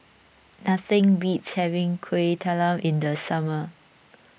nothing beats having Kuih Talam in the summer